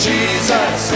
Jesus